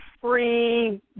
free